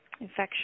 infection